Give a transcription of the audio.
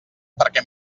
perquè